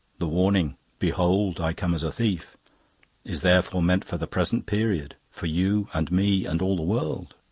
the warning, behold, i come as a thief is therefore meant for the present period for you and me and all the world.